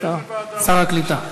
שר הקליטה.